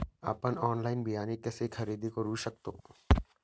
आपण ऑनलाइन बियाणे कसे खरेदी करू शकतो?